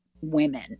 women